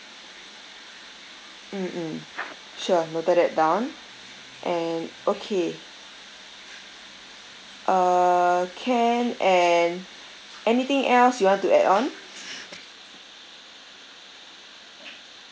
mm mm sure noted that down and okay err can and anything else you want to add on